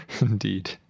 Indeed